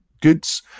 goods